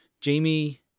jamie